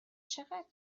چقدر